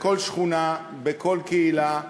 בכל שכונה, בכל קהילה,